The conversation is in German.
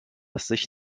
sich